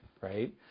right